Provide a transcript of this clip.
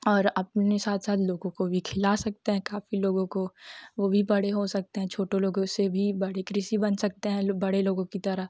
और अपने साथ साथ लोगों को भी खिला सकते हैं काफ़ी लोगों को वह भी बड़े हो सकते हैं छोटे लोगों से भी बड़े कृषि बन सकते हैं बड़े लोगों की तरह